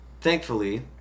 thankfully